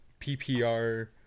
PPR